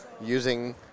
using